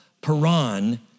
Paran